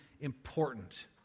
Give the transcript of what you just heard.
important